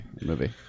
movie